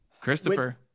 Christopher